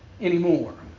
anymore